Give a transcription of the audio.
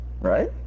right